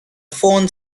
phone